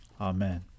Amen